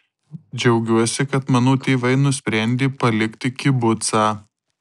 džiaugiuosi kad mano tėvai nusprendė palikti kibucą